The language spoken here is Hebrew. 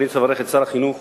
אני רוצה לברך את שר החינוך